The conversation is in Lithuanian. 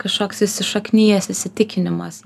kažkoks įsišaknijęs įsitikinimas